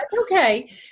okay